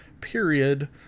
period